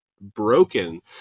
broken